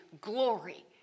Glory